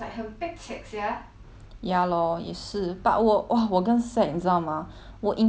ya lor 也是 but 我 !wah! 我更 sad 你知道吗我 intern right 我 just intern for